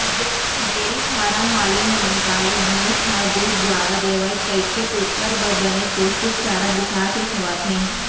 dairy farm वाले मन गाय, भईंस ह दूद जादा देवय कइके ओकर बर बने पोस्टिक चारा बिसा के खवाथें